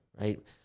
right